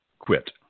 quit